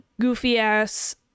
goofy-ass